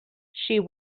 she